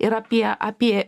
ir apie apie